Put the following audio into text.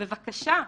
בבקשה,